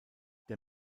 der